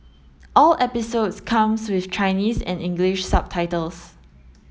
all episodes comes with Chinese and English subtitles